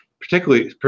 particularly